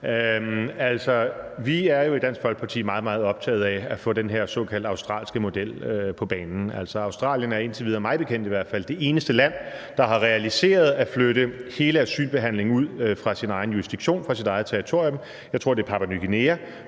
Vi er jo i Dansk Folkeparti meget, meget optaget af at få den her såkaldte australske model på banen. Australien er indtil videre, mig bekendt i hvert fald, det eneste land, der har realiseret at flytte hele asylbehandlingen fra sin egen jurisdiktion, fra sit eget territorium – jeg tror, det er til Papua Ny Guinea